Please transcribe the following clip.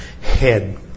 head